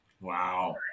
Wow